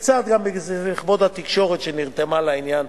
וקצת גם בזכות התקשורת, שנרתמה לעניין.